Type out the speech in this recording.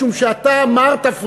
משום שאתה אמרת,